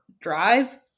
drive